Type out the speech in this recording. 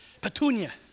petunia